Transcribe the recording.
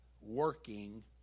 working